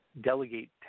delegate